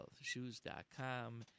Shoes.com